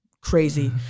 crazy